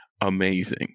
amazing